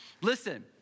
Listen